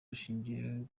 rushingiye